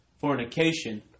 fornication